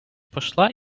пошла